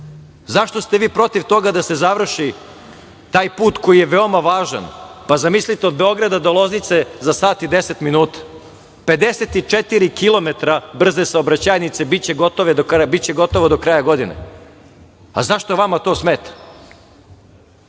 zašto ste vi protiv toga da se završi koji je veoma važan, pa zamislite od Beograda do Loznice, za sat i 10 min, 54 km brze saobraćajnice, biće gotove do kraja godine.Zašto vama to smeta?